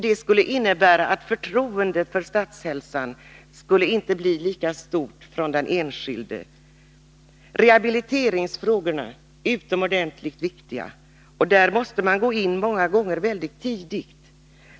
Det skulle nämligen innebära att förtroendet för Statshälsan från den enskildes sida inte skulle bli lika stort som det är. Rehabiliteringsfrågorna är utomordentligt viktiga, och där måste man många gånger gå in mycket tidigt.